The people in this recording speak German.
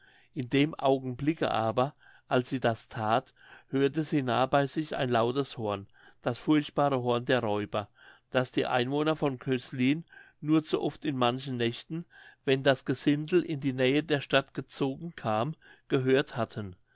in dem augenblicke aber als sie das that hörte sie nahe bei sich ein lautes horn das furchtbare horn der räuber das die einwohner von cöslin nur zu oft in manchen nächten wenn das gesindel in die nähe der stadt gezogen kam gehört hatten